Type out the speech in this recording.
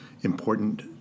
important